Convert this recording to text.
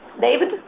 David